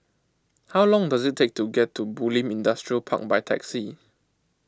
how long does it take to get to Bulim Industrial Park by taxi